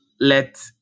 let